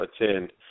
attend